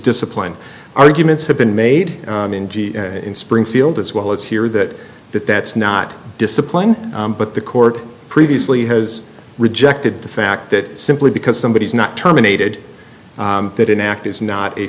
disciplined arguments have been made in springfield as well as here that that that's not disciplined but the court previously has rejected the fact that simply because somebody is not terminated that an act is not a